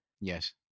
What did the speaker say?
Yes